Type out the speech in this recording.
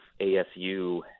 ASU